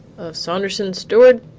of saunderson-stooard?